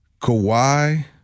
Kawhi